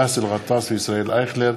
באסל גטאס וישראל אייכלר,